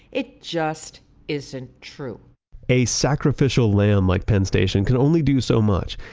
it just isn't true a sacrificial lamb like penn station can only do so much.